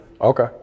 Okay